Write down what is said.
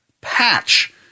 patch